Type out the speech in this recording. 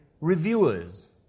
reviewers